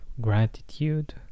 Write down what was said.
gratitude